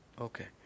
Okay